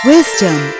Wisdom